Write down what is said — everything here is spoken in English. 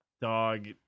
dog